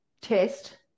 test